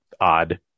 odd